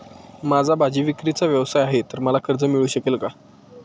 माझा भाजीविक्रीचा व्यवसाय आहे तर मला कर्ज मिळू शकेल का?